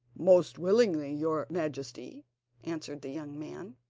most willingly, your majesty answered the young man,